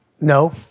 No